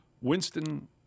Winston